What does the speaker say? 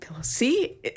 see